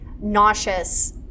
nauseous